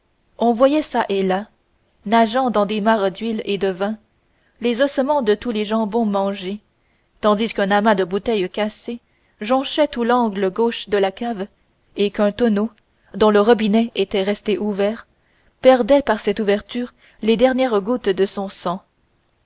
on voyait çà et là nageant dans les mares d'huile et de vin les ossements de tous les jambons mangés tandis qu'un amas de bouteilles cassées jonchait tout l'angle gauche de la cave et qu'un tonneau dont le robinet était resté ouvert perdait par cette ouverture les dernières gouttes de son sang